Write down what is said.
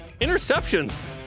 Interceptions